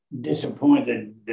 disappointed